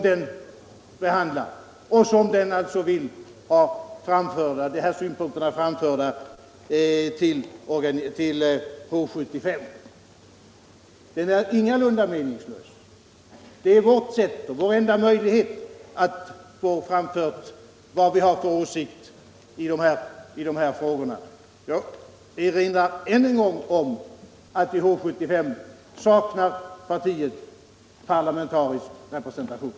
Dessa synpunkter vilt vi ha framförda till H 75. Yrkandet om bifall till reservationen är alltså ingalunda meningslöst. Det är vår enda möjlighet att få vår åsikt i dessa frågor framförd. Jag erinrar än en gång om att i H 75 saknar moderata samlingspartiet parlamentarisk representation.